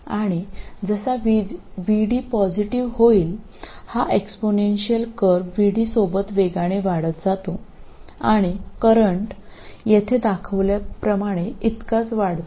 आणि जसा VD positive होईल हा एक्सपोनेन्शियल कर्व VD सोबत वेगाने वाढतो आणि करंट इथे दाखवल्याप्रमाणे इतकाच वाढतो